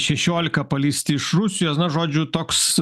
šešiolika paleisti iš rusijos na žodžiu toks